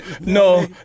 no